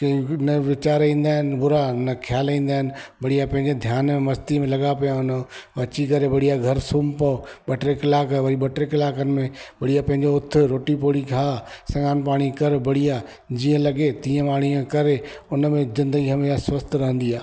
कि इन वीचार ईंदा आहिनि बुरा न ख़्याल ईंदा आहिनि बढ़िया पंहिंजे ध्यान ऐं मस्ती में लॻा पिया हूंदा ऐं अची करे बढ़िया घर सुम्ही पओ ॿ टे कलाक वरी ॿ टे कलाकनि में बढ़िया पंहिंजो उथ रोटी पूड़ी खां सनानु पाणी कर बढ़िया जीअं लॻे तीअं पाणीअ करे उन में ज़िंदगीअ में स्वस्थ रहंदी आहे